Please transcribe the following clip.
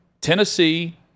Tennessee